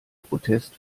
protest